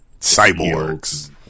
cyborgs